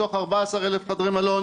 מתוך 14,000 חדרי מלון,